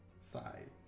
side